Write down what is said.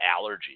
allergies